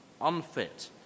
unfit